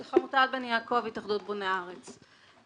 הלוואי והיו מרימים לי טלפון והיינו מדברים,